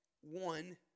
one